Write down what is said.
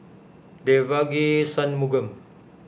Devagi Sanmugam